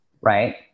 Right